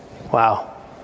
Wow